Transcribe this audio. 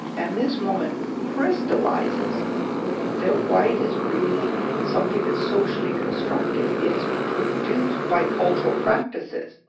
and this moment crystallizes that white is really something that's socially constructed. it's produced by cultural practices.